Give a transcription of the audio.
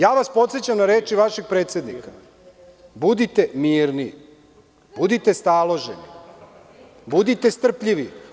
Ja vas podsećam na reči vašeg predsednika – budite mirni, budite staloženi, budite strpljivi.